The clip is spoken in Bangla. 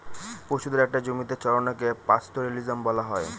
পশুদের একটা জমিতে চড়ানোকে পাস্তোরেলিজম বলা হয়